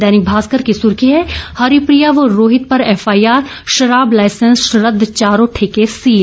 दैनिक भास्कर की सुर्खी है हरप्रिया व रोहित पर एफआईआर शराब लाइसेंस रद्द चारों ठेके सील